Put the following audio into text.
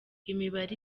imibare